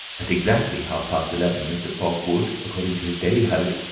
at exactly half-past eleven mr. fogg would, according to his daily habit,